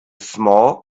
small